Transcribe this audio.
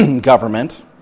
government